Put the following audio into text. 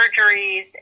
surgeries